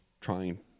trying